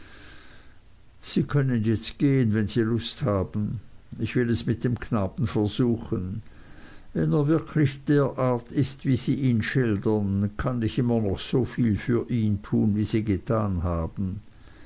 sie können jetzt gehen wenn sie lust haben ich will es mit dem knaben versuchen wenn er wirklich derart ist wie sie ihn schildern kann ich immer noch soviel für ihn tun wie sie getan haben